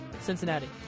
Cincinnati